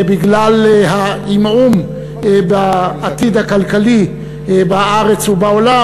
בגלל העמעום בעתיד הכלכלי בארץ ובעולם,